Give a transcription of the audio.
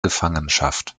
gefangenschaft